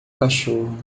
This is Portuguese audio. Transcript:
cachorro